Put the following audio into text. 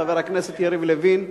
חבר הכנסת יריב לוין,